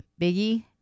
Biggie